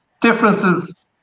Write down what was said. Differences